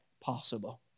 possible